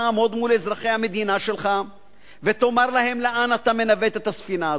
תעמוד מול אזרחי המדינה שלך ותאמר להם לאן אתה מנווט את הספינה הזאת.